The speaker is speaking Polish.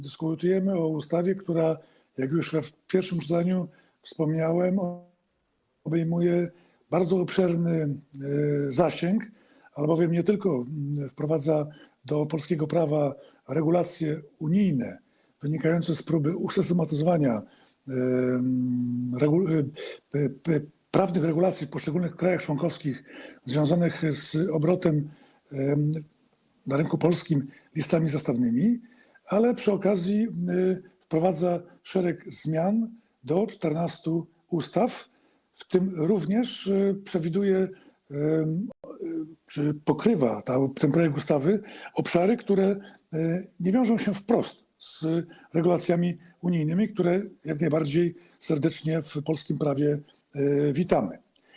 Dyskutujemy o ustawie, która, jak już w pierwszym czytaniu wspomniałem, obejmuje bardzo obszerny zasięg, albowiem nie tylko wprowadza do polskiego prawa regulacje unijne wynikające z próby usystematyzowania prawnych regulacji w poszczególnych krajach członkowskich, związanych z obrotem na rynku polskim listami zastawnymi, ale przy okazji wprowadza szereg zmian do 14 ustaw, w tym również ten projekt ustawy przewiduje czy pokrywa obszary, które nie wiążą się wprost z regulacjami unijnymi, które jak najbardziej serdecznie w polskim prawie witamy.